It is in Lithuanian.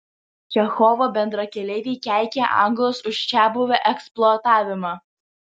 čechovo bendrakeleiviai keikė anglus už čiabuvių eksploatavimą